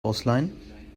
ausleihen